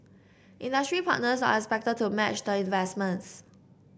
industry partners are expected to match the investments